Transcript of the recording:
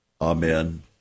Amen